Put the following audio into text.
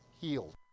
healed